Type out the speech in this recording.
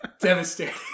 Devastating